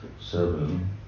seven